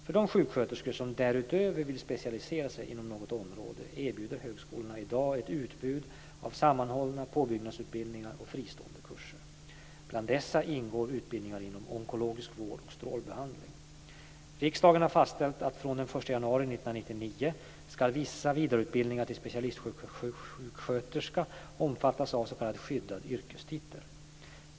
För de sjuksköterskor som därutöver vill specialisera sig inom något område erbjuder högskolorna i dag ett utbud av sammanhållna påbyggnadsutbildningar och fristående kurser. Bland dessa ingår utbildningar inom onkologisk vård och strålbehandling. ska vissa vidareutbildningar till specialistsjuksköterska omfattas av en s.k. skyddad yrkestitel.